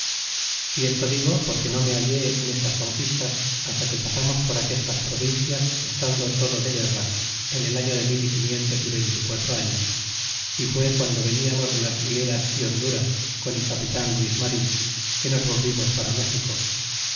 y esto digo porque no me hallé en estas conquistas hasta que pasamos por aquestas provincias estando todo de guerra en el año de mil y quinientos y veinte y quatro años é fué guando veniamos de las higueras y honduras con el capitan luis marin que nos volvimos para méxico